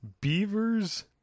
beavers